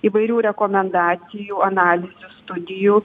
įvairių rekomendacijų analizių studijų